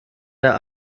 der